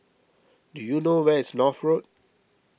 do you know where is North Road